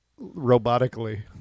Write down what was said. robotically